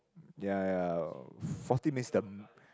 yea yea forty makes them